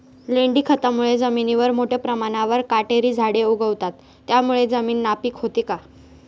लेंडी खतामुळे जमिनीवर मोठ्या प्रमाणावर काटेरी झाडे उगवतात, त्यामुळे जमीन नापीक होते का?